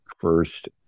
first